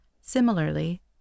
Similarly